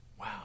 Wow